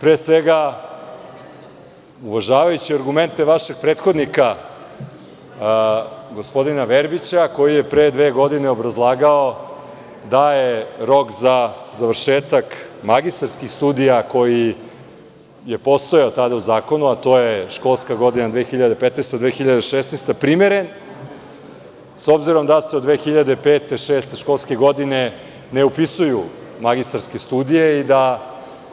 Pre svega, uvažavajući argumente vašeg prethodnika gospodina Verbića koji je pre dve godine obrazlagao da je rok za završetak magistarskih studija, koji je postojao tada u zakonu, a to je školska godina 2015/2016. primeren, s obzirom da se od 2005, 2006. školske godine ne upisuju magistarske studije i da